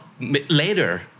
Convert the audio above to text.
later